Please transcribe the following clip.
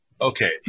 okay